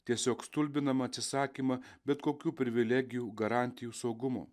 tiesiog stulbinamą atsisakymą bet kokių privilegijų garantijų saugumo